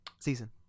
season